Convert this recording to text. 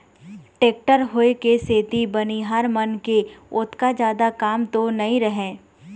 tractor होय के सेती बनिहार मन के ओतका जादा काम तो नइ रहय